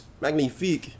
magnifique